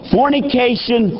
Fornication